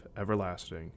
everlasting